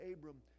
Abram